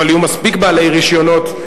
אבל יהיו מספיק בעלי רשיונות,